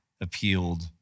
appealed